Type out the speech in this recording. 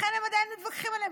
לכן הם עדיין מתווכחים עליהן,